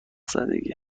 زدگی